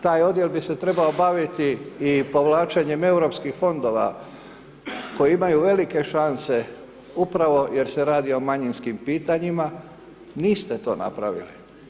Taj odjel bi se trebao baviti i povlačenjem europskih fondova, koji imaju velike šanse, upravo jer se radi o manjinskim pitanjima, niste to napravili.